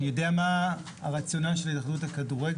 אני יודע מה הרציונל של ההתאחדות לכדורגל,